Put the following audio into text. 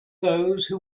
those